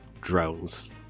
drones